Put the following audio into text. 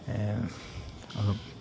অলপ